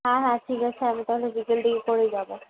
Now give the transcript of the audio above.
হ্যাঁ হ্যাঁ ঠিক আছে আমি তাহলে বিকেলদিকে করেই যাবো